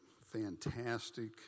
fantastic